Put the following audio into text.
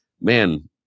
man